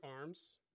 arms